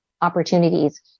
opportunities